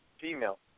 female